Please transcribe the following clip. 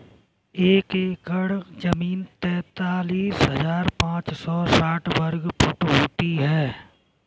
एक एकड़ जमीन तैंतालीस हजार पांच सौ साठ वर्ग फुट होती है